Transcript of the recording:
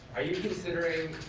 are you considering